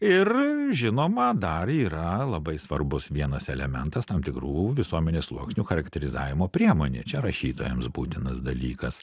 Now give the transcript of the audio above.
ir žinoma dar yra labai svarbus vienas elementas tam tikrų visuomenės sluoksnių charakterizavimo priemonė čia rašytojams būtinas dalykas